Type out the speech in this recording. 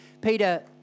Peter